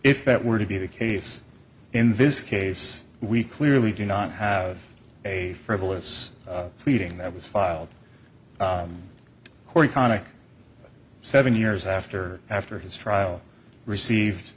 if that were to be the case in this case we clearly do not have a frivolous pleading that was filed in court conic seven years after after his trial received